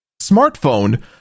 smartphone